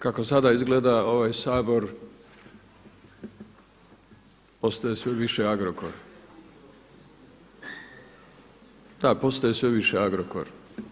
Kako sada izgleda ovaj Sabor postaje sve više Agrokor, da postaje sve više Agrokor.